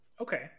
Okay